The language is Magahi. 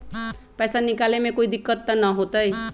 पैसा निकाले में कोई दिक्कत त न होतई?